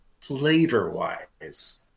flavor-wise